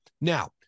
Now